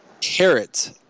carrot